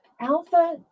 Alpha